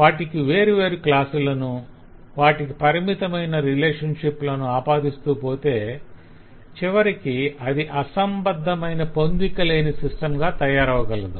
వాటికి వేరువేరు క్లాసులను వాటికి పరిమితమైన రిలేషన్షిప్ లనూ ఆపాదిస్తూ పోతే చివరికి అది అసంబద్ధమైన పొందికలేని సిస్టంగా తయారవగలదు